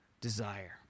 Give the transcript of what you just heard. desire